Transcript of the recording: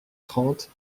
trente